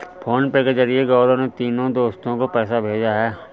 PhonePe के जरिए गौरव ने तीनों दोस्तो को पैसा भेजा है